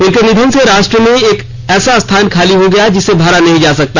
उनके निधन से राष्ट्र में एक ऐसा स्थान खाली हो गया जिसे भरा नहीं जा सकता